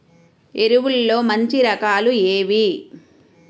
ఎరువుల్లో మంచి రకాలు ఏవి?